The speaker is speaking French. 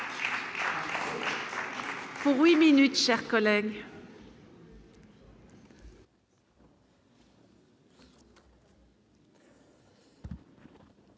pour 10 minutes chers collègues.